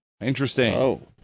Interesting